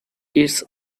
its